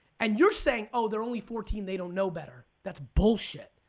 and you're saying, oh, they're only fourteen, they don't know better. that's bullshit.